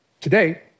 Today